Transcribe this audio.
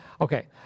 Okay